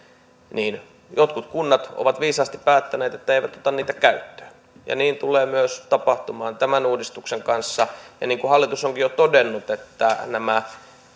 jotkut kunnat ovat viisaasti päättäneet että eivät ota niitä käyttöön ja niin tulee tapahtumaan myös tämän uudistuksen kanssa niin kuin hallitus onkin jo todennut nämä